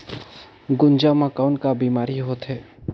गुनजा मा कौन का बीमारी होथे?